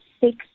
six